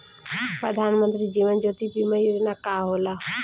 प्रधानमंत्री जीवन ज्योति बीमा योजना का होला?